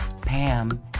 Pam